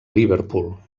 liverpool